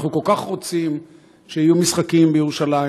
אנחנו כל כך רוצים שיהיו משחקים בירושלים